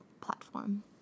platform